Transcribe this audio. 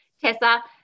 Tessa